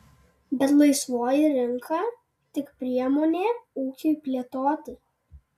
bet laisvoji rinka tik priemonė ūkiui plėtoti